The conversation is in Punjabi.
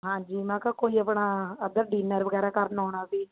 ਹਾਂਜੀ ਮੈਖਾ ਕੋਈ ਆਪਣਾ ਇੱਧਰ ਡਿਨਰ ਵਗੈਰਾ ਕਰਨ ਆਉਣਾ ਸੀ